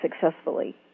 successfully